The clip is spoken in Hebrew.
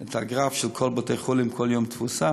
את הגרף של כל בתי-החולים, תפוסה